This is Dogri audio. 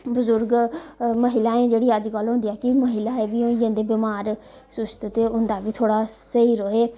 बजुर्ग महिलाएं जेह्ड़ी अजकल होंदी कि महिलां बी होई जंदे बिमार स्वास्थ ते उं'दा बी थोह्ड़ा स्हेई रवै